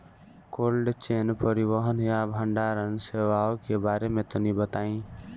Cold chain परिवहन या भंडारण सेवाओं के बारे में तनी बताई?